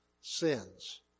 sins